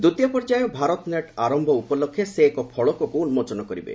ଦ୍ୱିତୀୟ ପର୍ଯ୍ୟାୟ ଭାରତ ନେଟ୍ ଆରମ୍ଭ ଉପଲକ୍ଷେ ସେ ଏକ ଫଳକକୁ ଉନ୍ଦୋଚନ କରିବେ